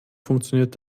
funktioniert